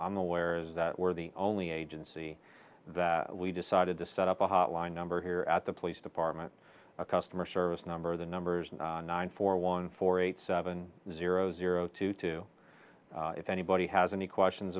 aware is that we're the only agency that we decided to set up a hotline number here at the police department a customer service number the numbers nine four one four eight seven zero zero two two if anybody has any questions